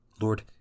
Lord